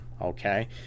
okay